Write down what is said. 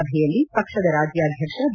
ಸಭೆಯಲ್ಲಿ ಪಕ್ಷದ ರಾಜ್ಯಾಧ್ಯಕ್ಷ ಬಿ